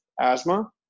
asthma